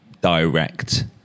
direct